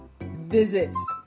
visits